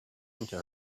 into